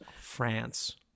France